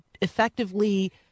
effectively